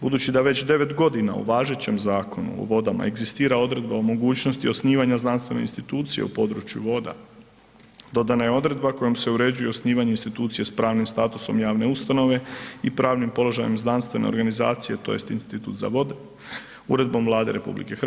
Budući da već 9.g. u važećem Zakonu o vodama egzistira odredba o mogućnosti osnivanja znanstvene institucije u području voda, dodana je odredba kojom se uređuje osnivanje institucije s pravim statusom javne ustanove i pravnim položajem znanstvene organizacije tj. Institut za vode Uredbom Vlade RH.